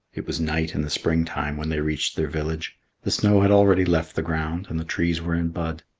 it was night in the spring-time when they reached their village the snow had already left the ground and the trees were in bud.